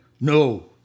No